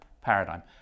paradigm